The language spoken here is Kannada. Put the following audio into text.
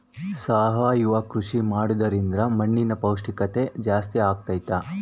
ಸಾವಯವ ಕೃಷಿ ಮಾಡೋದ್ರಿಂದ ಮಣ್ಣಿನ ಪೌಷ್ಠಿಕತೆ ಜಾಸ್ತಿ ಆಗ್ತೈತಾ?